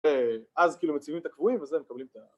אז כאילו מציבים את הקבועים וזה ומקבלים את ה...